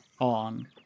on